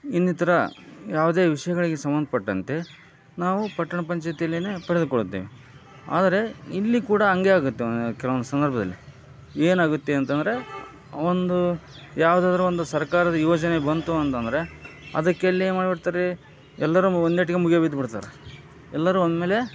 ಇನ್ನಿತರ ಯಾವುದೇ ವಿಷಯಗಳಿಗೆ ಸಂಬಂಧಪಟ್ಟಂತೆ ನಾವು ಪಟ್ಟಣ ಪಂಚಾಯಿತಿಯಲ್ಲಿನೇ ಪಡೆದುಕೊಳ್ಳುತ್ತೇವೆ ಆದರೆ ಇಲ್ಲಿ ಕೂಡ ಹಂಗೇ ಆಗುತ್ತೆ ಕೆಲವೊಂದು ಸಂದರ್ಭದಲ್ಲಿ ಏನಾಗುತ್ತೆ ಅಂತಂದರೆ ಒಂದು ಯಾವುದಾದ್ರೂ ಒಂದು ಸರ್ಕಾರದ ಯೋಜನೆ ಬಂತು ಅಂತಂದರೆ ಅದಕ್ಕೆ ಅಲ್ಲೇನು ಮಾಡಿಬಿಡ್ತಾರೆ ಎಲ್ಲರೂ ಒಂದೇ ಏಟಿಗೆ ಮುಗಿಬಿದ್ಬಿಡ್ತಾರೆ ಎಲ್ಲರೂ ಒಮ್ಮೆಲೇ